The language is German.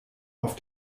auf